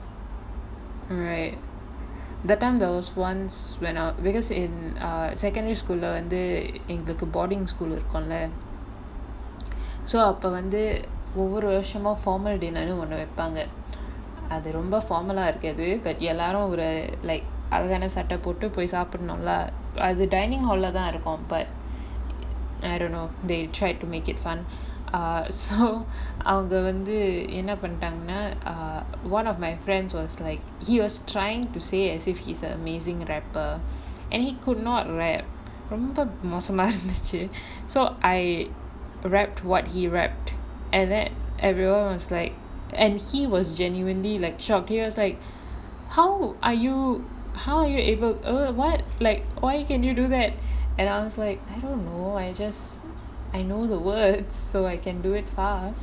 right that time there was once when I because in err secondary school lah வந்து எங்களுக்கு:vanthu engalukku boarding school இருக்கும்ல:irukkumla so அப்ப வந்து ஒவ்வொரு வருஷமும்:appa vanthu ovvaru varushamum formal day ஒன்னு வெப்பாங்க அது ரொம்ப:onnu veppaanga athu romba formal lah இருக்காது:irukkaathu but எல்லாரும் oru:ellaarum oru like அழகான சட்ட போட்டு போய் சாப்டனும்ல அது:alagaana satta pottu poi saapdanumla athu dining hall ah தான் இருக்கும் அப்ப:thaan irukkum appe but I don't know they tried to make it fun uh so அவங்க வந்து என்ன பண்டாங்கனா:avanga vanthu enna panttaanganaa err one of my friends was like he was trying to say as if he's an amazing rapper and he could not rap ரொம்ப மோசமா இருந்துச்சு:romba mosamaa irunthuchu so I rapped what he rapped and then everyone was like and he was genuinely like shocked he was like how are you how are you able err what like why can you do that and I was like I don't know I just I know the words so I can do it fast